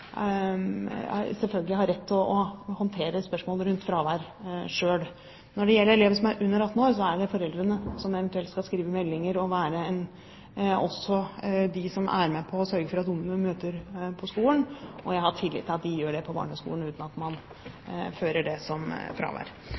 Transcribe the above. rett til å håndtere spørsmål rundt fravær selv. Når det gjelder elever som er under 18 år, er det foreldrene som eventuelt skal skrive meldinger, og som også skal sørge for at barna møter på skolen. Jeg har tillit til at dette blir gjort på barneskolen uten at man fører det som fravær.